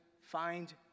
find